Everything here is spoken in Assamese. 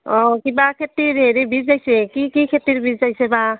অঁ কিবা খেতিৰ হেৰি বীজ আহিছে কি কি খেতিৰ বীজ আহিছে বা